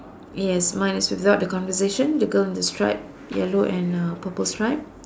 yes mine is without the conversation the girl in a stripe yellow and uh purple stripe